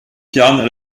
jahren